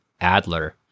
Adler